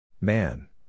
Man